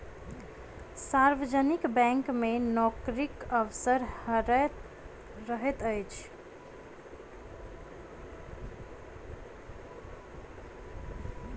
सार्वजनिक बैंक मे नोकरीक अवसर रहैत अछि